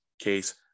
case